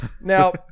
Now